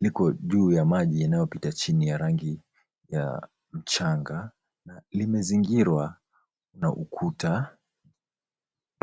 liko juu ya maji yanayopita chini ya rangi ya mchanga na limezingirwa na ukuta.